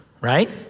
right